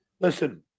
Listen